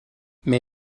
may